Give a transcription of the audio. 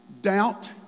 doubt